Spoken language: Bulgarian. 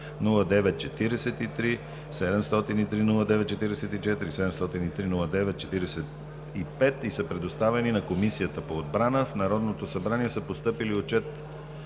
703-09-43, 703-09-44 и 703-09-45 и са предоставени на Комисията по отбрана. В Народното събрание са постъпили Отчет